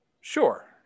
Sure